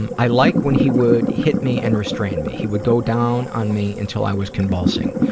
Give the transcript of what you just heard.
and i like when he would hit me and restrain me. he would go down on me until i was convulsing.